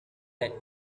had